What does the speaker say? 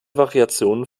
variationen